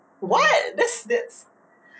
then I'm like what that's that's